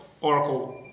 Oracle